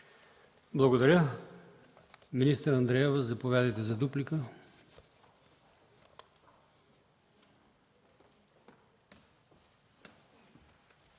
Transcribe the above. Благодаря. Министър Андреева, заповядайте за дуплика.